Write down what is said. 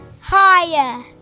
Higher